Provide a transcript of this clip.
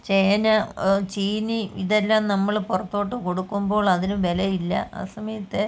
ചേന ചീനി ഇതെല്ലം നമ്മൾ പുറത്തോട്ട് കൊടുക്കുമ്പോൾ അതിന് വിലയില്ല ആ സമയത്തെ